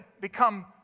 become